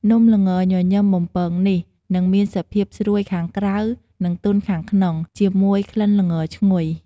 នំល្ងញញឹមបំពងនេះនឹងមានសភាពស្រួយខាងក្រៅ និងទន់ខាងក្នុង ជាមួយក្លិនល្ងឈ្ងុយ។